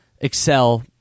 excel